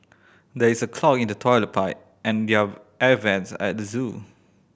there is a clog in the toilet pipe and their air vents at the zoo